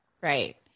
right